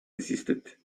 insisted